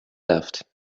left